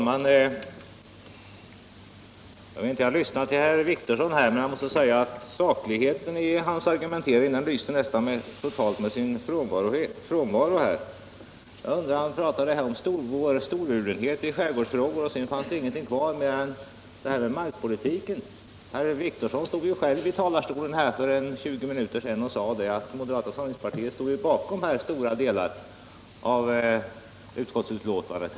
Herr talman! Sakligheten i herr Wictorssons argumentering lyser totalt med sin frånvaro. Han sade att vi talat storvulet om skärgårdsfrågorna men att det inte fanns kvar någonting annat än det som gäller markpolitiken. Herr Wictorsson stod själv i talarstolen för ungefär 20 minuter sedan och sade att moderata samlingspartiet stod bakom stora delar av det här utskottsbetänkandet.